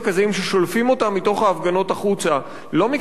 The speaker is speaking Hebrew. ששולפים אותם מתוך ההפגנות החוצה לא מכיוון שהם